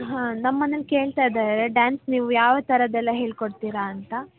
ಹಾಂ ನಮ್ಮನೇಲಿ ಕೇಳ್ತಾ ಇದ್ದಾರೆ ಡ್ಯಾನ್ಸ್ ನೀವು ಯಾವ ಥರದ್ದೆಲ್ಲ ಹೇಳ್ಕೊಡ್ತೀರ ಅಂತ